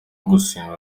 gufungwa